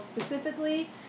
specifically